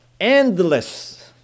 endless